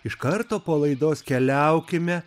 iš karto po laidos keliaukime